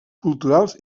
culturals